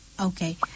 okay